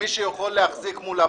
מי שיכול להחזיק מול הבנק,